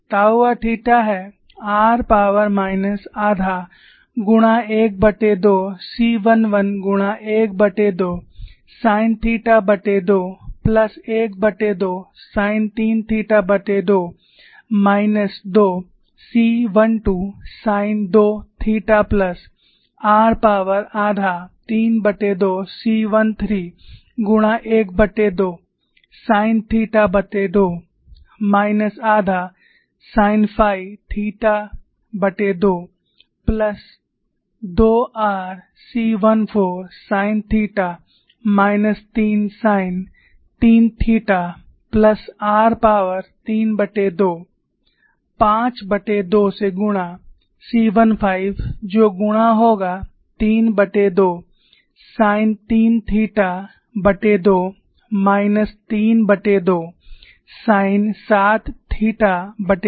tau r theta है r power minus आधा गुणा 12 c11 गुणा 12 साइन थीटा2 प्लस 12 साइन 3 थीटा2 minus 2 c12 sine 2 theta plus r power आधा 32 c13 गुणा 12 साइन थीटा2 माइनस आधा साइन फाई थीटा2 plus 2 r c14 sine theta minus 3 sine 3 theta plus r power 32 52 से गुणा c15 जो गुणा होगा 32 साइन 3 थीटा2 माइनस 32 साइन 7 थीटा2 से